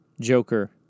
Joker